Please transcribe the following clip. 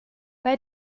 bei